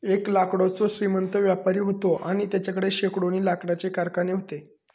एक लाकडाचो श्रीमंत व्यापारी व्हतो आणि तेच्याकडे शेकडोनी लाकडाचे कारखाने व्हते